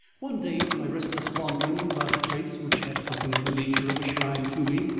one day in my restless wanderings about a place which had something of the nature of a shrine to me,